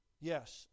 Yes